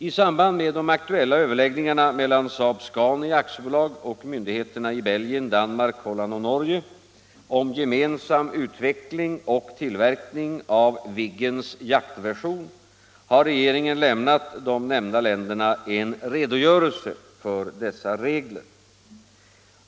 I samband med de aktuella överläggningarna mellan SAAB-Scania AB Nr 14 och myndigheterna i Belgien, Danmark, Holland och Norge om gemen Tisdagen den sam utveckling och tillverkning av Viggens jaktversion har regeringen 4 februari 1975 lämnat de nämnda länderna en redogörelse för dessa regler.